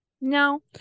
no